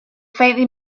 faintly